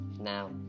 Now